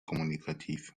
kommunikativ